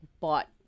bought